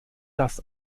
das